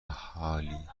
هالیفیلد